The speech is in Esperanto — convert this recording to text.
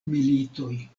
militoj